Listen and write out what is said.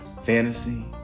Fantasy